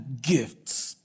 gifts